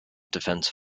defense